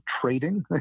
trading